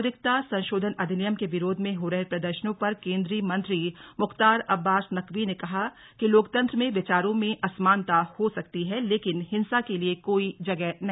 नागिरकता संशोधन अधिनियम के विरोध में हो रहे प्रदर्शनों पर केंद्रीय मंत्री मुख्तार अब्बास नकवी ने कहा कि लोकतंत्र में विचारों में असमानता हो सकती है लेकिन हिंसा के लिए कोई जगह नहीं